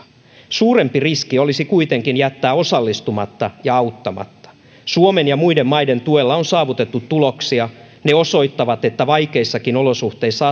suurempi riski olisi kuitenkin jättää osallistumatta ja auttamatta suomen ja muiden maiden tuella on saavutettu tuloksia ne osoittavat että vaikeissakin olosuhteissa